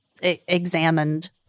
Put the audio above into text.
examined